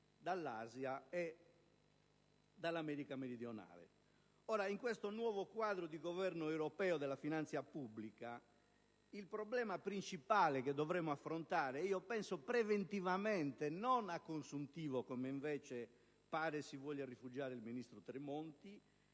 dall'Asia e dall'America meridionale. Ora, in questo nuovo quadro di governo europeo della finanza pubblica, il problema principale che dovremo affrontare - penso preventivamente e non a consuntivo, come invece pare voglia fare il ministro Tremonti